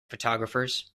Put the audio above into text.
photographers